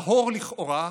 טהור לכאורה,